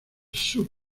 sub